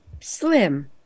slim